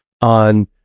on